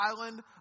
island